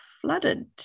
flooded